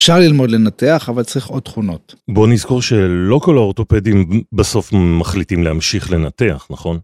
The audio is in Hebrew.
אפשר ללמוד לנתח אבל צריך עוד תכונות. בוא נזכור שלא כל האורטופדים בסוף מחליטים להמשיך לנתח, נכון?